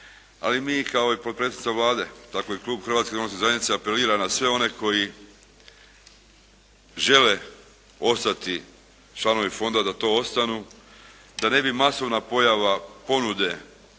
Ali mi, kao i potpredsjednica Vlade tako i klub Hrvatske demokratske zajednice apelira na sve one koji žele ostati članovi fonda da to i ostanu, da ne bi masovna pojava ponude,